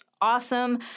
awesome